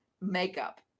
makeup